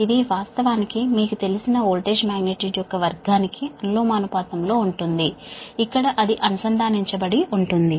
ఇది వాస్తవానికి మీకు తెలిసినా వోల్టేజ్ మాగ్నిట్యూడ్ యొక్క వర్గానికి అనులోమానుపాతంలో ఉంటుంది ఇక్కడ అది అనుసంధానించబడి ఉంటుంది